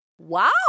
Wow